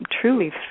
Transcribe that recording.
truly